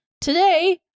today